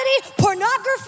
pornography